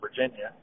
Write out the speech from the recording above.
Virginia